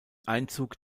einzug